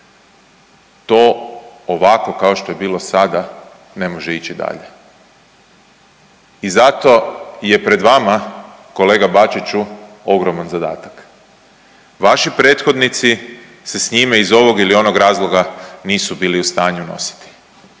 to ovako kao što je bilo sada ne može ići dalje. I zato je pred vama kolega Bačiću ogroman zadatak. Vaši prethodnici se s njime iz ovog ili onog razloga nisu bili u stanju nositi.